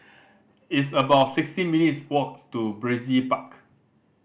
it's about sixteen minutes' walk to Brizay Park